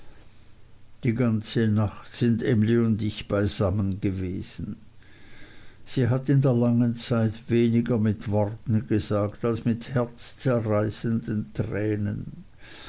die ganze nacht sind emly und ich beisammen gewesen sie hat in der langen zeit weniger mit worten gesagt als mit herzzereißenden tränen